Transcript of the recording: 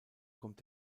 kommt